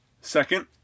Second